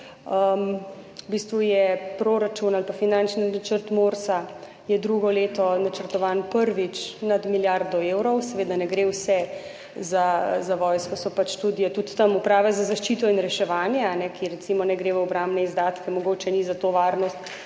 V bistvu je proračun ali pa finančni načrt MORS drugo leto prvič načrtovan nad milijardo evrov. Seveda ne gre vse za vojsko, so pač tudi tam študije Uprave za zaščito in reševanje, ki recimo ne gredo v obrambne izdatke, mogoče ni za to varnost,